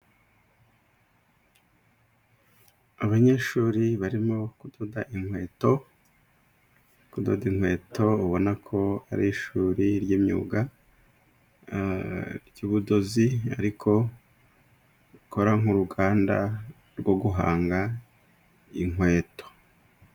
Abanyeshuri barimo kudoda inkweto, kudoda inkweto ubona ko ari ishuri ry'imyuga ry'ubudozi ariko rikora nk'uruganda rwo guhanga inkweto.